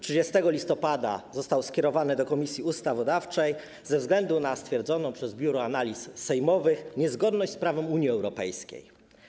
30 listopada został skierowany do Komisji Ustawodawczej ze względu na stwierdzoną przez Biuro Analiz Sejmowych niezgodność z prawem Unii Europejskiej.